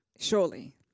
surely